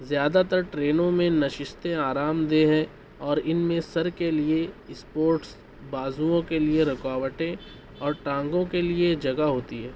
زیاد تر ٹرینوں میں نشستیں آرامدہ ہیں اور ان میں سر کے لیے سپوٹس بازوؤں کے لیے رکاوٹیں اور ٹانگوں کے لیے جگہ ہوتی ہے